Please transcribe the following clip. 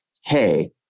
hey